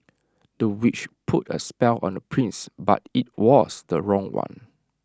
the witch put A spell on the prince but IT was the wrong one